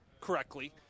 correctly